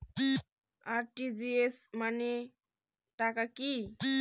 RTGS মানে টা কি?